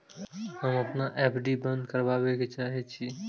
हम अपन एफ.डी बंद करबा के चाहे छी